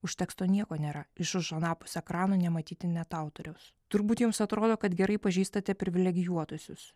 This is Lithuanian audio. už teksto nieko nėra iš už anapus ekrano nematyti net autoriaus turbūt jums atrodo kad gerai pažįstate privilegijuotuosius